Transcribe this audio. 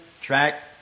track